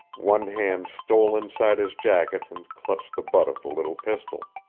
one hand stole inside his jacket and clutched the butt of the little pistol.